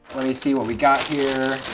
let me see what we got here.